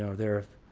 ah there